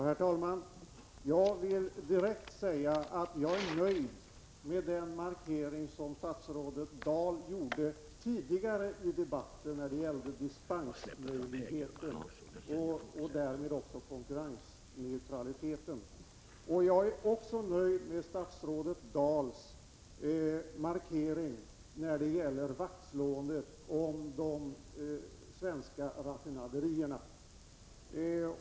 Herr talman! Jag vill direkt säga att jag är nöjd med den markering när det gäller dispensmöjligheten och därmed också konkurrensneutraliteten som statsrådet Dahl gjorde tidigare i debatten. Jag är också nöjd med statsrådets Dahls markering beträffande vaktslåendet om de svenska raffinaderierna.